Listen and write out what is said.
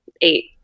eight